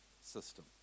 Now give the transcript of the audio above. system